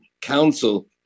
council